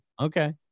okay